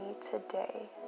today